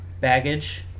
baggage